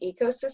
ecosystem